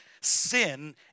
sin